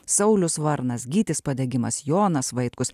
saulius varnas gytis padegimas jonas vaitkus